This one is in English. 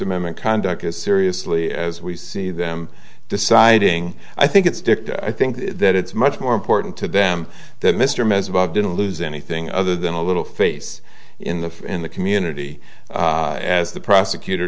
amendment conduct as seriously as we see them deciding i think it's dicta i think that it's much more important to them that mr mess about didn't lose anything other than a little face in the in the community as the prosecutor